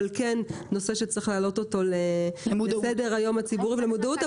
כן נושא שצריך להעלות אותו לסדר היום הציבורי ולמודעות.